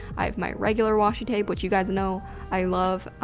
i have my regular washi tape which you guys know i love,